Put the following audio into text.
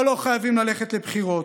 אבל לא חייבים ללכת לבחירות,